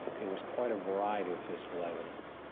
it was quite a variety of physical evidence.